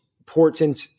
important